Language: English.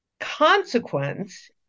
Consequence